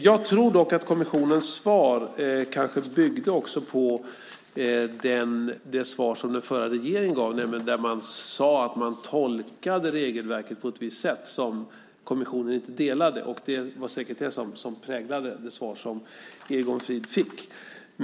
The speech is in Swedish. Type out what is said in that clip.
Jag tror dock att kommissionens svar kanske byggde på det svar som den förra regeringen gav, där man nämligen sade att man tolkade regelverket på ett visst sätt, ett synsätt som kommissionen inte delade. Det var säkert det som präglade det svar som Egon Frid fick.